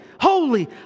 holy